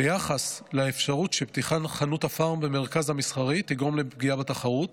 ביחס לאפשרות שפתיחת חנות הפארם במרכז המסחרי תגרום לפגיעה בתחרות,